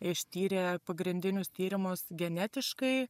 ištyrė pagrindinius tyrimus genetiškai